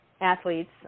athletes